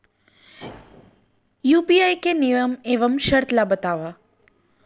UPI के नियम एवं शर्त ला बतावव